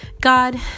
God